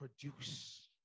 produce